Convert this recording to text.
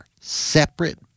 separate